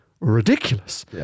ridiculous